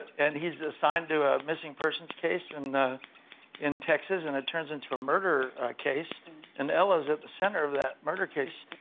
and he's assigned to a missing persons case and in texas and it turns into a murder case and ella's at the center of that murder case.